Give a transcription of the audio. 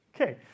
Okay